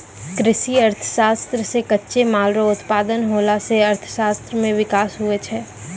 कृषि अर्थशास्त्र से कच्चे माल रो उत्पादन होला से अर्थशास्त्र मे विकास हुवै छै